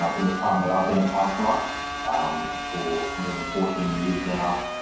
um in the time that i've been a councillor, for more than fourteen years now,